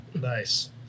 Nice